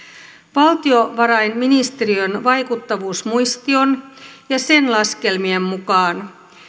valtiovarainministeriön vaikuttavuusmuistion ja sen laskelmien mukaan